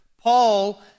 Paul